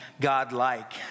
God-like